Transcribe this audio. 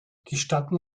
gestatten